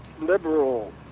liberal